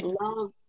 love